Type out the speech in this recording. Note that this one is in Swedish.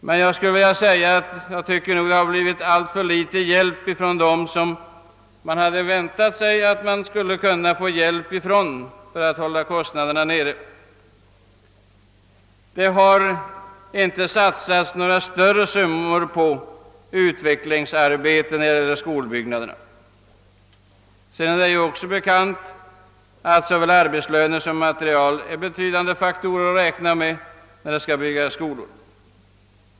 Däremot tycker jag att det har givits alltför litet bistånd av dem som kunde ha väntats ge hjälp för att hålla kostnaderna nere. Staten har inte satsat några större summor på utvecklingsarbeten när det gäller skolbyggnader. Det är också bekant att såväl arbetslöner som material är betydande faktorer att räkna med när det skall byggas skolor.